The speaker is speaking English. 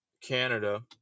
Canada